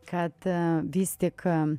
kad vis tik